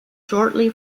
shortly